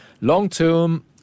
long-term